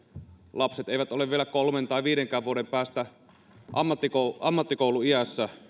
lapset eivät ole vielä kolmen tai viidenkään vuoden päästä ammattikouluiässä